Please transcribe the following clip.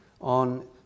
on